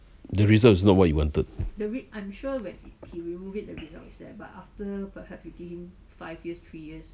the result is not what you wanted